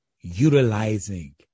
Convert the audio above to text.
utilizing